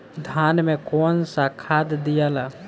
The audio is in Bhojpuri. धान मे कौन सा खाद दियाला?